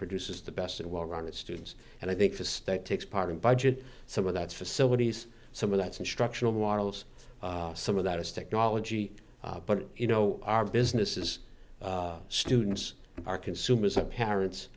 produces the best and well rounded students and i think the state takes part in budget some of that's facilities some of that's instructional models some of that is technology but you know our business is students are consumers and parents